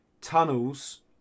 tunnels